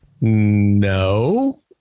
no